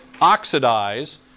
oxidize